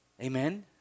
Amen